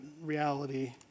reality